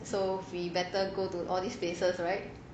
so we better go to all these places right